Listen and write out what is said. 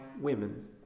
women